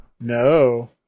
No